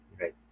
right